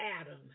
Adam